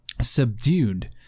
subdued